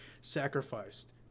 sacrificed